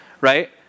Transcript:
right